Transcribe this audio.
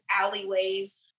alleyways